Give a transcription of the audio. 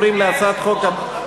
אני קובע כי הצעת החוק אושרה